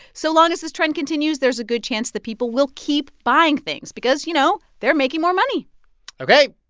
so long as this trend continues, there's a good chance that people will keep buying things because, you know, they're making more money ok.